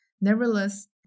Nevertheless